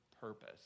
purpose